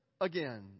again